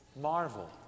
marvel